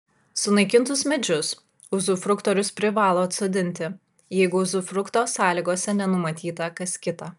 sunaikintus medžius uzufruktorius privalo atsodinti jeigu uzufrukto sąlygose nenumatyta kas kita